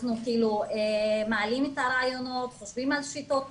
אנחנו מעלים את הרעיונות, חושבים על שיטות תשאול,